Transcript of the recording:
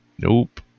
Nope